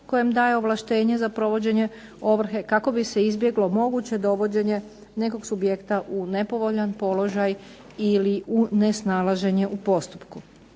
kojem daje ovlaštenje za provođenje ovrhe, kako bi se izbjeglo moguće dovođenje nekog subjekta u nepovoljan položaj ili u nesnalaženje u postupku.